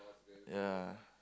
ya